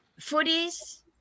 footies